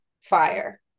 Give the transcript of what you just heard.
fire